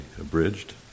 abridged